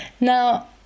Now